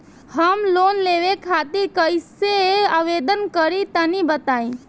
हम लोन लेवे खातिर कइसे आवेदन करी तनि बताईं?